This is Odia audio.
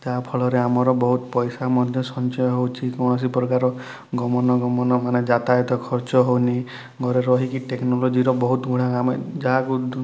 ଯାହା ଫଳରେ ଆମର ବହୁତ ପଇସା ମଧ୍ୟ ସଞ୍ଚୟ ହେଉଛି କୌଣସି ପ୍ରକାର ଗମନା ଗମନ ମାନେ ଯାତାୟାତ ଖର୍ଚ୍ଚ ହେଉନି ଘରେ ରହିକି ଟେକ୍ନୋଲୋଜିର ବହୁତ ଗୁଡ଼ାଏ ଆମେ ଯାହାକୁ